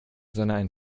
sondern